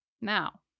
Now